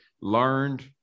learned